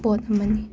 ꯄꯣꯠ ꯑꯃꯅꯤ